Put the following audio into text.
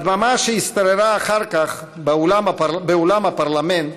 בדממה שהשתררה אחר כך באולם הפרלמנט